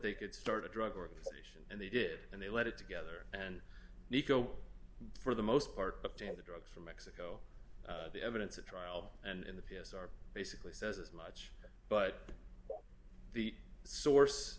they could start a drug organization and they did and they let it together and go for the most part up to the drugs from mexico the evidence at trial and the p s r basically says as much but the source